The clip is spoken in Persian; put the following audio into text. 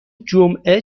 جمعه